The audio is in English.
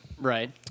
Right